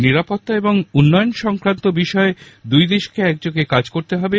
নিরাপত্তা এবং উন্নয়ন সংক্রান্ত বিষয়ে দুই দেশকে একযোগে কাজ করতে হবে